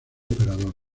operador